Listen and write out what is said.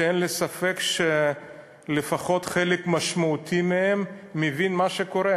שאין לי ספק שלפחות חלק משמעותי מהם מבינים מה שקורה,